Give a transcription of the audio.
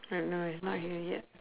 I don't know she's not here yet